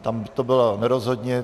Tam to bylo nerozhodně.